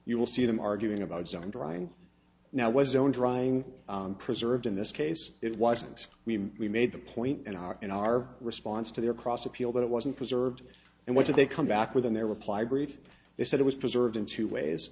you will see them arguing about zone drying now was own drying preserved in this case it wasn't we we made the point in our in our response to their cross appeal that it wasn't preserved and what did they come back with in their reply brief they said it was preserved in two ways